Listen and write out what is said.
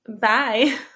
Bye